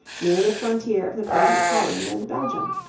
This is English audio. near the frontier of the present holland and belgium.